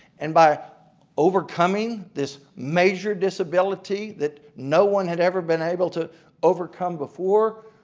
and by overcoming this major disability that no one had ever been able to overcome before,